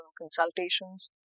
consultations